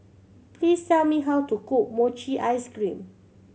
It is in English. please tell me how to cook mochi ice cream